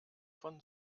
von